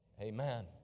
Amen